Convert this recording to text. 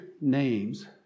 names